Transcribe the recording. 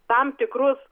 tam tikrus